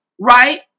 right